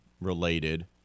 related